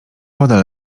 wodę